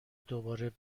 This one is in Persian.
دوباره